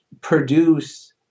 produce